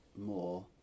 more